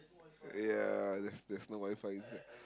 ya there's there's no WiFi